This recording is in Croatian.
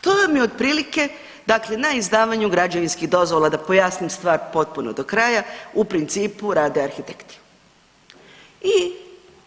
To vam je otprilike dakle na izdavanju građevinskih dozvola, da pojasnim stvar potpuno do kraja, u principu rade arhitekti i